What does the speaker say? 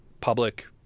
public